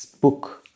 book